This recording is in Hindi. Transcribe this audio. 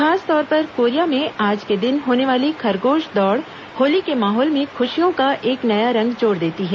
खासतौर पर कोरिया में आज के दिन होने वाली खरगोश दौड़ होर्ली के माहौल में खुशियों का एक नया रंग जोड़ देती है